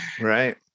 Right